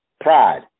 pride